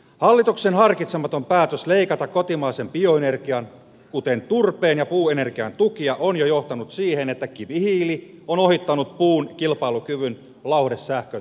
hallituksen harkitsematon päätös leikata kotimaisen bioenergian kuten turpeen ja puuenergian tukia on jo johtanut siihen että kivihiili on ohittanut puun kilpailukyvyn lauhdesähkön tuotannossa